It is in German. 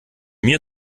mir